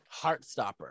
Heartstopper